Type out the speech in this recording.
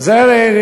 מתי היית?